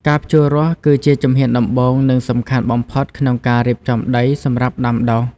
ការភ្ជួររាស់គឺជាជំហានដំបូង និងសំខាន់បំផុតក្នុងការរៀបចំដីសម្រាប់ដាំដុះ។